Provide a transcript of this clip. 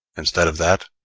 instead of that,